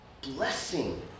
blessing